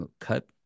cut